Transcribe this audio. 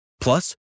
Plus